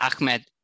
Ahmed